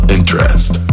Interest